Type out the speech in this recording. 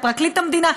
פרקליט המדינה,